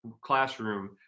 classroom